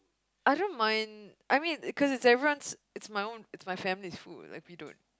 I don't mind I mean because it's everyone's it's my own it's my family's food like we don't